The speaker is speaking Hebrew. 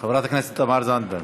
חברת הכנסת תמר זנדברג,